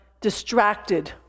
distracted